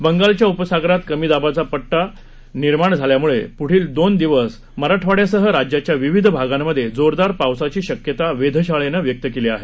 बंगालच्या उपसागरात कमी दाबाचा पट्टा निर्माण झाल्यामूळं पुढील दोन दिवस मराठवाइयासह राज्याच्या विविध भागांमधे जोरदार पावसाची शक्यता वेधशाळेनं व्यक्त केली आहे